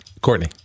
Courtney